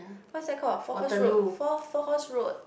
what's that called four horse road four four horse road